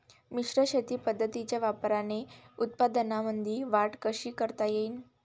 मिश्र शेती पद्धतीच्या वापराने उत्पन्नामंदी वाढ कशी करता येईन?